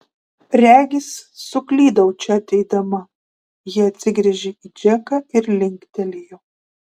regis suklydau čia ateidama ji atsigręžė į džeką ir linktelėjo